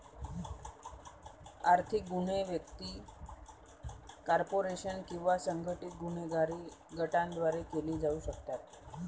आर्थिक गुन्हे व्यक्ती, कॉर्पोरेशन किंवा संघटित गुन्हेगारी गटांद्वारे केले जाऊ शकतात